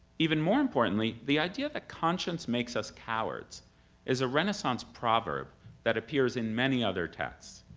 even more importantly, the idea that conscience makes us cowards is a renaissance proverb that appears in many other texts.